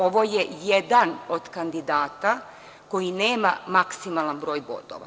Ovo je jedan od kandidata koji nema maksimalan broj bodova.